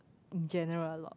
general a lot